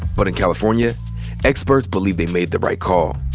but in california experts believe they made the right call.